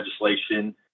legislation